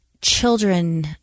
children